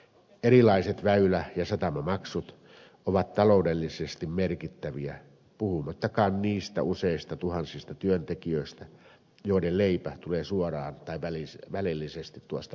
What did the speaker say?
erilaiset väylä ja satamamaksut ovat taloudellisesti merkittäviä puhumattakaan niistä useista tuhansista työntekijöistä joiden leipä tulee suoraan tai välillisesti tuosta liikenteestä